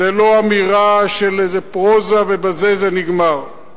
זו לא אמירה של איזו פרוזה ובזה זה נגמר.